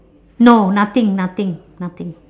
no nothing nothing nothing